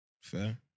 Fair